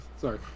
Sorry